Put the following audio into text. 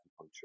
acupuncture